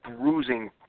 bruising